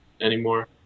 anymore